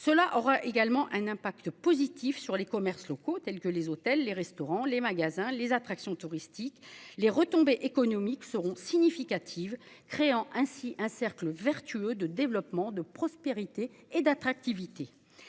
Cela aura également un impact positif sur les commerces locaux tels que les hôtels, les restaurants, les magasins, les attractions touristiques. Les retombées économiques seront significatives, créant ainsi un cercle vertueux de développement de prospérité et d'attractivité.